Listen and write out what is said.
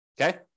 Okay